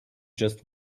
just